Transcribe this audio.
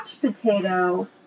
potato